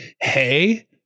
hey